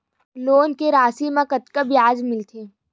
Loan के राशि मा कतका ब्याज मिलथे?